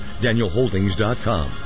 danielholdings.com